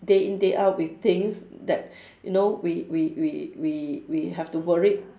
day in day out with things that you know we we we we we have to worried